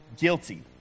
guilty